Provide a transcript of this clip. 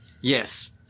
Yes